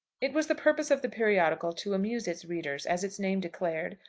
it was the purpose of the periodical to amuse its readers, as its name declared,